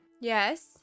Yes